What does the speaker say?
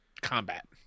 combat